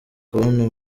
kubona